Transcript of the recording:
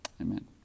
Amen